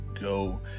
go